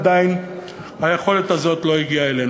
עדיין היכולת הזאת לא הגיעה אלינו.